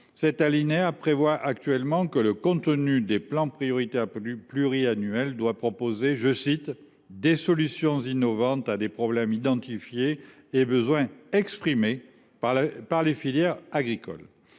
Cet alinéa prévoit actuellement que le contenu des plans prioritaires pluriannuels doit proposer « des solutions innovantes à des problèmes identifiés et besoins exprimés par les filières agricoles ».